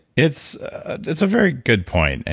it's ah it's a very good point. and